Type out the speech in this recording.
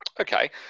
Okay